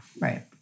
Right